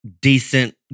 decent